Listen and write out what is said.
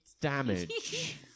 damage